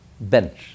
Bench